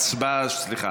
סליחה.